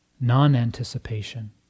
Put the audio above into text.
non-anticipation